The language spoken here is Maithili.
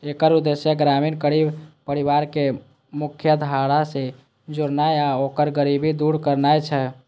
एकर उद्देश्य ग्रामीण गरीब परिवार कें मुख्यधारा सं जोड़नाय आ ओकर गरीबी दूर करनाय छै